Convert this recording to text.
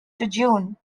june